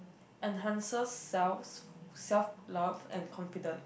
enhances self self love and confidence